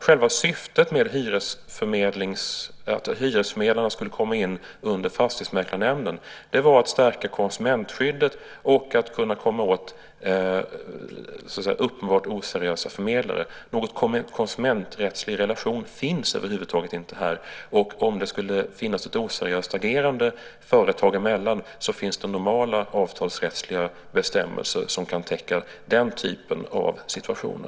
Själva syftet med att hyresförmedlarna skulle komma in under Fastighetsmäklarnämnden var att stärka konsumentskyddet och kunna komma åt uppenbart oseriösa förmedlare. Någon konsumenträttslig relation finns över huvud taget inte. Om det skulle finnas ett oseriöst agerande företag emellan kan normala avtalsrättsliga bestämmelser täcka den typen av situationer.